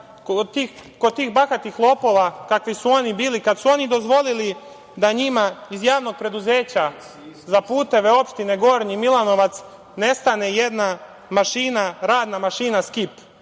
kod tih bahatih lopova kakvi su oni bili, kad su oni dozvolili da njima iz Javnog preduzeća za puteve, opštine Gornji Milanovac nestane jedna radna mašina SKIP.